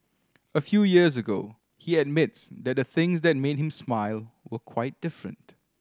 a few years ago he admits that the things that made him smile were quite different